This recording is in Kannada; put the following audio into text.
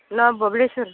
ನಾವು ಬಬ್ಲೇಶ್ವರ